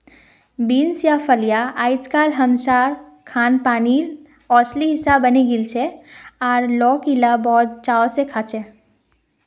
beans या फलियां अइजकाल हमसार खानपीनेर असली हिस्सा बने गेलछेक और लोक इला बहुत चाव स खाछेक